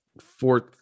fourth